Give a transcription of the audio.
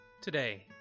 Today